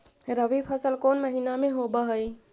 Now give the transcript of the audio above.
रबी फसल कोन महिना में होब हई?